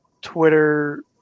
Twitter